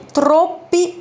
troppi